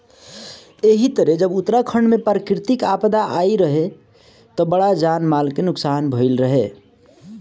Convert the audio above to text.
एही तरे जब उत्तराखंड में प्राकृतिक आपदा आईल रहे त बड़ा जान माल के नुकसान भईल रहे